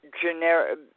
generic